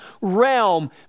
realm